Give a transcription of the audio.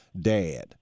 dad